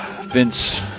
Vince